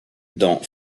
dans